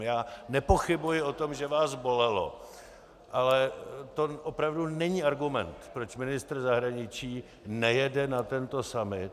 Já nepochybuji o tom, že vás bolelo, ale to opravdu není argument, proč ministr zahraničí nejede na tento summit.